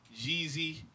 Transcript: Jeezy